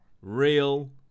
real